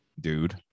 dude